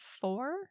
four